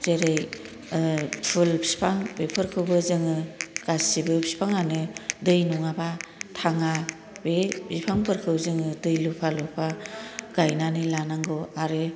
जेरै फुल बिफां बेफोरखौबो जोङो गासिबो बिफांयानो दै नंङाबा थांङा बे बिफां फोरखौ जोङो दै लुफा लुफा गायनानै लानांगौ आरो